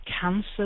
Cancer